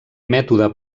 mètode